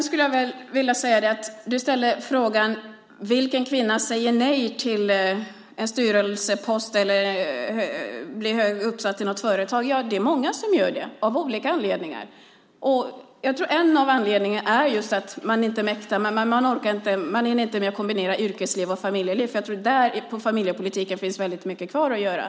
Du ställde frågan vilken kvinna som säger nej till en styrelsepost eller till att bli högt uppsatt i något företag. Det är många som gör det av olika anledningar. Jag tror att en av anledningarna är just att man inte mäktar med. Man orkar inte. Man hinner inte med att kombinera yrkesliv och familjeliv. Inom familjepolitiken finns det väldigt mycket kvar att göra.